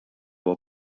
huwa